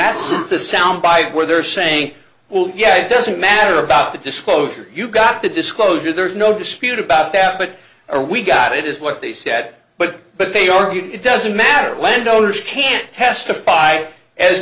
the sound bite where they're saying well yeah it doesn't matter about the disclosure you got the disclosure there's no dispute about that but are we got it is what they said but but they argue it doesn't matter landowners can't testify as